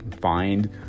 find